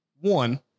one